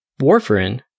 Warfarin